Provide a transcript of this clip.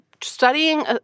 studying